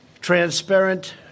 transparent